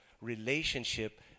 relationship